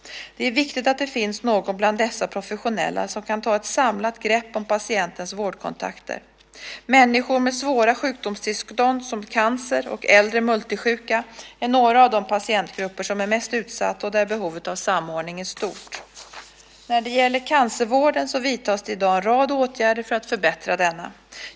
Det är viktigt att det finns någon bland dessa professionella som kan ta ett samlat grepp om patientens vårdkontakter. Människor med svåra sjukdomstillstånd som cancer och äldre multisjuka är några av de patientgrupper som är mest utsatta och där behovet av samordning är stort. När det gäller cancervården vidtas det i dag en rad åtgärder för att förbättra denna.